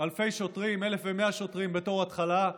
אלפי שוטרים, 1,100 שוטרים בתור התחלה,